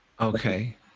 Okay